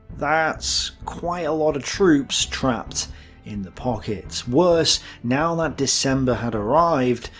that's quite a lot of troops trapped in the pocket. worse, now that december had arrived,